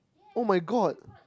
oh my god